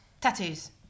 tattoos